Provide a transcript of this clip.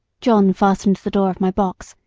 john fastened the door of my box,